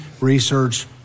research